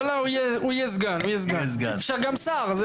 לא, לא, הוא יהיה סגן, אפשר גם שר.